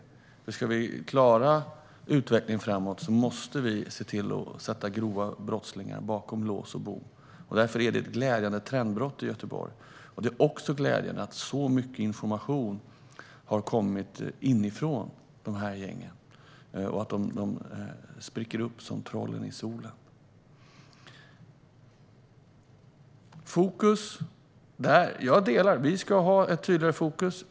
Om vi ska klara utvecklingen framåt måste vi se till att sätta grova brottslingar bakom lås och bom. Därför är det ett glädjande trendbrott vi ser i Göteborg. Det är också glädjande att så mycket information har kommit inifrån de här gängen och att de spricker som troll i solen. Jag delar uppfattningen att vi ska ha tydligare fokus.